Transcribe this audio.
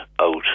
out